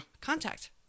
Contact